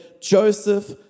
Joseph